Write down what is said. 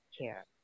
care